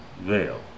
veil